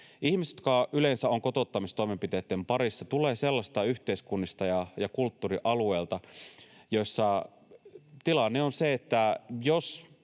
Ihmiset, jotka yleensä ovat kotouttamistoimenpiteitten parissa, tulevat sellaisista yhteiskunnista ja sellaisilta kulttuurialueilta, missä tilanne on se, että jos